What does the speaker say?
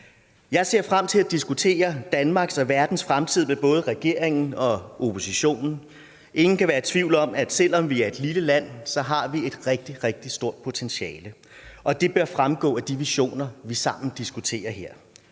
Jeg ser frem til at diskutere Danmarks og verdens fremtid med både regeringen og oppositionen. Ingen kan være i tvivl om, at selv om vi er et lille land, så har vi et rigtig, rigtig stort potentiale, og det bør fremgå af de visioner, vi sammen diskuterer her.